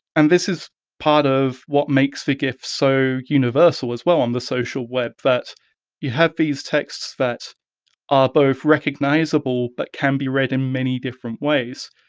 and this is part of what makes the gif so universal as well on the social web, that you have these texts that are both recognisable but can be read in many different ways.